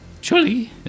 Surely